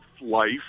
life